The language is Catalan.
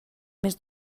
més